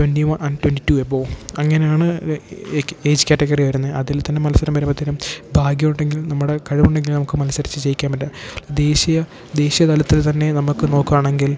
twenty one twenty two above അങ്ങനെയാണ് ഏക്ക് age category വരുന്നത് അതിൽ തന്നെ മത്സരം വരുമ്പോഴ്ത്തേനും ഭാഗ്യം ഉണ്ടെങ്കിൽ നമ്മുടെ കഴിവ് ഉണ്ടെങ്കിൽ നമുക്ക് മത്സരിച്ച് ജയിക്കാൻ പറ്റ ദേശീയ ദേശീയ തലത്തിൽ തന്നെ നമുക്ക് നോക്കുവാണെങ്കിൽ